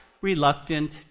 reluctant